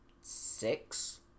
six